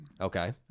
Okay